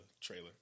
trailer